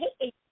Hey